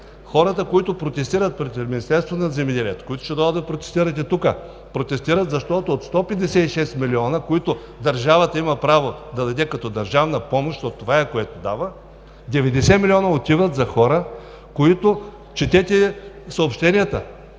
хората, които протестират пред Министерството на земеделието, храните и горите, които ще дойдат да протестират и тук, протестират, защото от 156 милиона, които държавата има право да даде като държавна помощ – защото това е, което дава, 90 милиона отиват за хора – четете съобщенията,